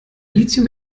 lithium